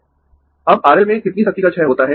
अब R L में कितनी शक्ति का क्षय होता है